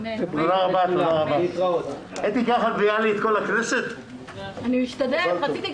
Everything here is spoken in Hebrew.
ארבעה חברי כנסת שנמצאים